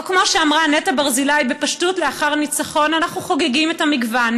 או כמו שאמרה נטע ברזילי בפשטות לאחר הניצחון: אנחנו חוגגים את המגוון,